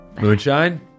Moonshine